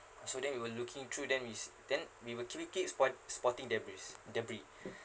so then we were looking through then we then we actually keep spot spotting debris debris